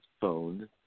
phone